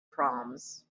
proms